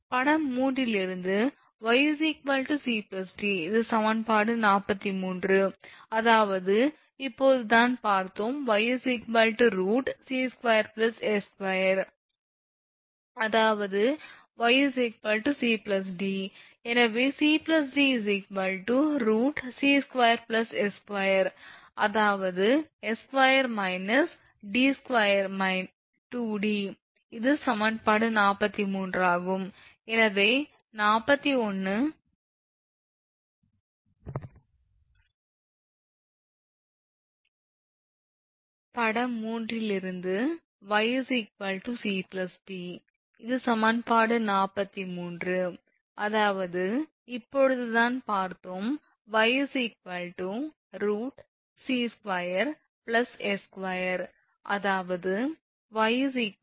படம் 3 இலிருந்து 𝑦 𝑐𝑑 இது சமன்பாடு 43 அதாவது இப்போதுதான் பார்த்தோம் 𝑦 √𝑐2𝑠2 அதாவது 𝑦 𝑐𝑑